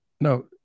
No